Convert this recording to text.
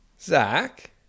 Zach